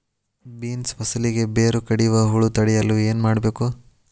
Beans ಫಸಲಿಗೆ ಬೇರು ಕಡಿಯುವ ಹುಳು ತಡೆಯಲು ಏನು ಮಾಡಬೇಕು?